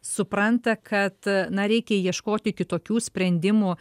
supranta kad na reikia ieškoti kitokių sprendimų